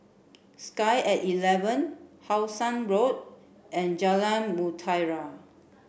sky at eleven How Sun Road and Jalan Mutiara